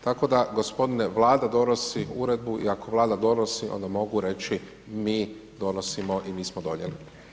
Tako da g. vlada donosi uredbu i ako vlada donosi, onda mogu reći, mi donosimo i mi smo donijeli.